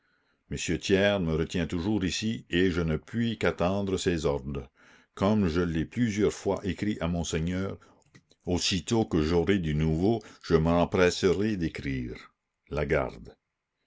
thiers me retient toujours ici et je ne puis qu'attendre ses ordres comme je l'ai plusieurs fois écrit à monseigneur aussitôt que j'aurai du nouveau je m'empresserai d'écrire la